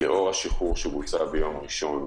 לאור השחרור למשק שבוצע ביום ראשון,